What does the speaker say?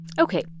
Okay